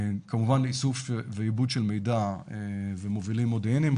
כמובן איסוף ועיבוד של מידע ומובילים מודיעיניים,